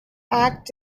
act